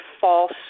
false